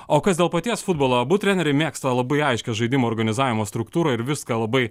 o kas dėl paties futbolo abu treneriai mėgsta labai aiškios žaidimo organizavimo struktūrą ir viską labai